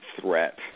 threat